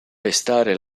pestare